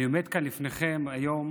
אני עומד כאן לפניכם היום